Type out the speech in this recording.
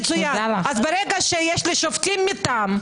ברגע שיש לי שופטים מטעם,